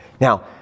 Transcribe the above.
Now